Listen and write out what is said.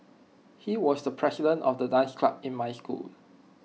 he was the president of the dance club in my school